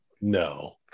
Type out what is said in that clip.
No